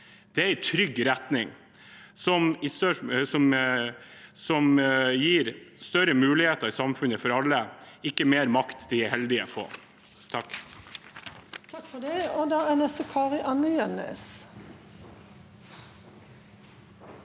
Det er en trygg retning som gir større muligheter i samfunnet for alle, ikke mer makt til de heldige få.